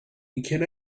can